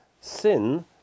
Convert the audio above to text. sin